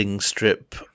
strip